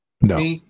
No